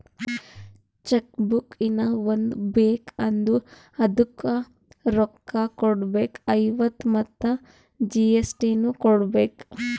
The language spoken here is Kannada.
ಚೆಕ್ ಬುಕ್ ಹೀನಾ ಒಂದ್ ಬೇಕ್ ಅಂದುರ್ ಅದುಕ್ಕ ರೋಕ್ಕ ಕೊಡ್ಬೇಕ್ ಐವತ್ತ ಮತ್ ಜಿ.ಎಸ್.ಟಿ ನು ಕೊಡ್ಬೇಕ್